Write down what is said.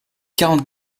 quarante